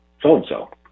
so-and-so